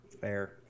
Fair